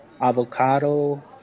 Avocado